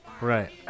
right